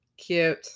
cute